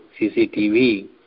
CCTV